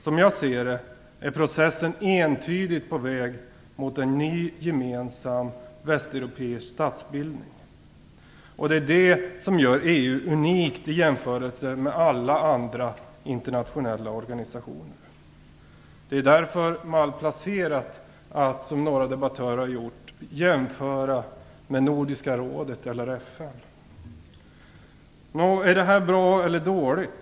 Som jag ser det är processen entydigt på väg mot en ny gemensam västeuropeisk statsbildning. Det gör EU unikt i jämförelse med alla andra internationella organisationer. Det är därför malplacerat att, som några debattörer har gjort, jämföra med Nordiska rådet eller FN. Nå, är det här bra eller dåligt?